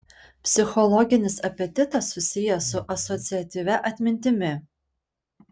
psichologinis apetitas susijęs su asociatyvia atmintimi